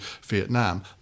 Vietnam